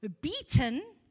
beaten